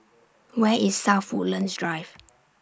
Where IS South Woodlands Drive